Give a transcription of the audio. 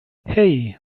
hei